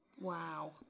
Wow